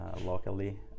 locally